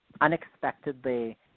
unexpectedly